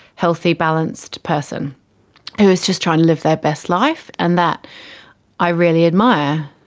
healthy, balanced person who is just trying to live their best life, and that i really admire,